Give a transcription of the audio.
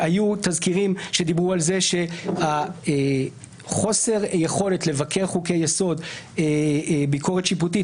היו תזכירים שדיברו על זה שחוסר יכולת לבקר חוקי יסוד ביקורת שיפוטית